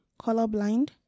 colorblind